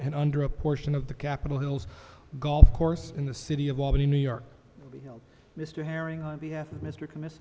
and under a portion of the capitol hill's golf course in the city of albany new york mr herring on the ass of mr commit